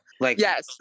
Yes